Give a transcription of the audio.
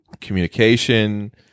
communication